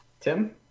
Tim